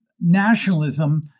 nationalism